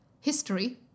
history